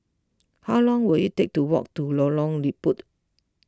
how long will it take to walk to Lorong Liput